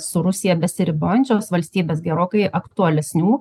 su rusija besiribojančios valstybės gerokai aktualesnių